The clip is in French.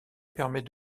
permet